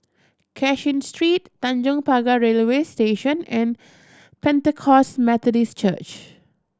Cashin Street Tanjong Pagar Railway Station and Pentecost Methodist Church